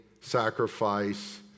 sacrifice